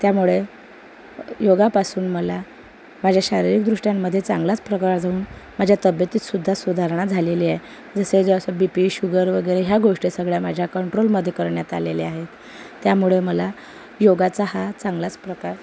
त्यामुळे योगापासून मला माझ्या शारिरीकदृष्ट्यांमध्ये चांगलाच प्रगाळजून माझ्या तब्येतीतसुद्धा सुधारणा झालेली आहे जसे जास्त बी पी शुगर वगैरे ह्या गोष्टी सगळ्या माझ्या कंट्रोलमध्ये करण्यात आलेल्या आहेत त्यामुळे मला योगाचा हा चांगलाच प्रकार